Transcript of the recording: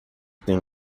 tem